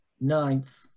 ninth